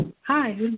Hi